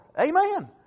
Amen